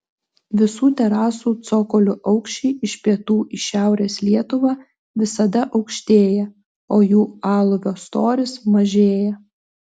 visų terasų cokolių aukščiai iš pietų į šiaurės lietuvą visada aukštėja o jų aliuvio storis mažėja